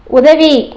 உதவி